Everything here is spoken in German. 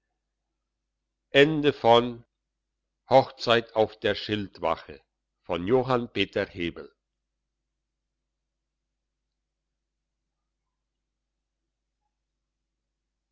auf der schildwache